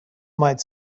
might